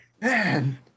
man